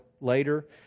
later